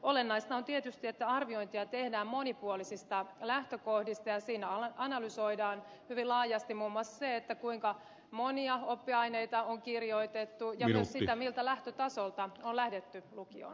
olennaista on tietysti että arviointia tehdään monipuolisista lähtökohdista ja siinä analysoidaan hyvin laajasti muun muassa se kuinka monia oppiaineita on kirjoitettu ja myös sitä miltä lähtötasolta on lähdetty lukioon